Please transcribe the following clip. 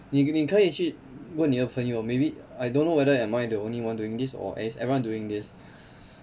你你可以去问你的朋友 maybe I don't know whether am I the only one doing this or is everyone doing this